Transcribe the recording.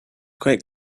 quite